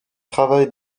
travail